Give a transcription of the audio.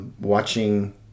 watching